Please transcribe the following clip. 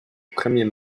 premier